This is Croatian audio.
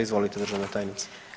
Izvolite državna tajnice.